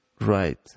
right